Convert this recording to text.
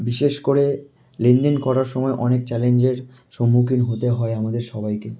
বিশেষ করে লেনদেন করার সময় অনেক চ্যালেঞ্জের সম্মুখীন হতে হয় আমাদের সবাইকে